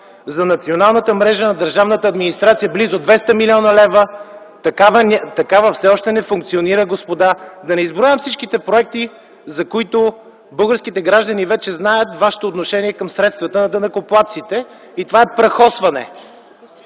За националната мрежа на държавната администрация – близо 200 млн. лв. Такава все още не функционира, господа! Да не изброявам всички проекти, за които българските граждани вече знаят вашето отношение към средствата на данъкоплатците. Това е прахосване.